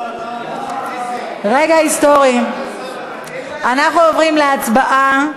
חברת הכנסת תמר זנדברג, אינה נוכחת,